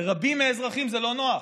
לרבים מהאזרחים זה לא נוח,